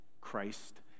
Christ